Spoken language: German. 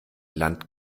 land